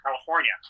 California